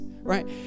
right